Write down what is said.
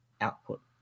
output